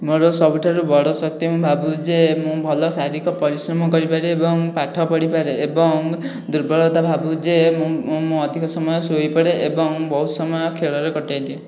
ମୋର ସବୁଠାରୁ ବଡ ଶକ୍ତି ମୁଁ ଭାବୁଛି ଯେ ମୁଁ ଭଲ ଶାରୀରିକ ପରିଶ୍ରମ କରିପାରେ ଏବଂ ପାଠ ପଢ଼ି ପାରେ ଏବଂ ଦୁର୍ବଳତା ଭାବୁଛି ଯେ ମୁଁ ଅଧିକ ସମୟ ଶୋଇ ପଡ଼େ ଏବଂ ବହୁତ ସମୟ ଖେଳରେ କଟାଇଦିଏ